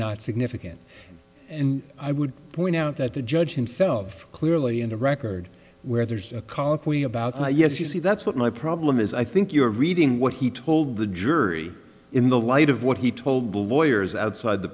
not significant and i would point out that the judge himself clearly in the record where there's a colloquy about yes you see that's what my problem is i think you're reading what he told the jury in the light of what he told the lawyers outside the